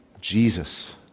Jesus